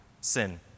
sin